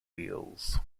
wheels